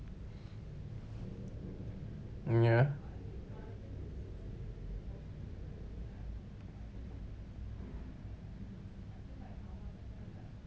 ya